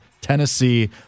Tennessee